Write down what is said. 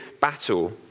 battle